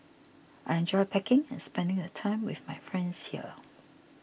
I enjoy packing and spending the time with my friends here